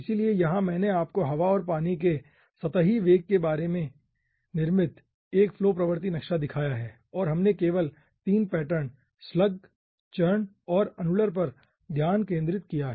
इसलिए यहां मैंने आपको हवा और पानी के सतही वेग के आधार पर निर्मित एक फ्लो प्रवृत्ति नक्शा दिखाया है और हमने केवल 3 पैटर्न स्लगचर्ण और अनुलर पर ध्यान केंद्रित किया है